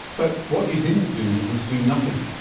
but what you didn't do was do nothing.